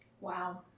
Wow